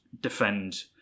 defend